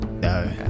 No